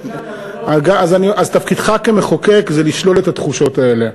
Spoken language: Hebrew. אמרתי: תחושת אז תפקידך כמחוקק זה לשלול את התחושות האלה.